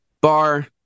bar